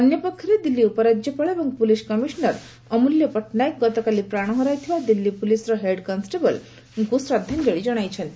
ଅନ୍ୟ ପକ୍ଷରେ ଦିଲ୍ଲୀ ଉପରାଜ୍ୟପାଳ ଏବଂ ପୁଲିସ୍ କମିଶନର ଅମ୍ବଲ୍ୟ ପଟ୍ଟନାୟକ ଗତକାଲି ପ୍ରାଣ ହରାଇଥିବା ଦିଲ୍ଲୀ ପୁଲିସର ହେଡ୍ କନେଷ୍ଟବଳଙ୍କୁ ଶ୍ରଦ୍ଧାଞ୍ଚଳୀ ଜଣାଇଛନ୍ତି